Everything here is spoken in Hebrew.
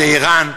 זה איראן,